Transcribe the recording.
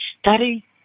Study